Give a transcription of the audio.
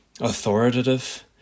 authoritative